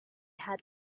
had